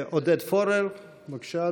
עודד פורר, בבקשה,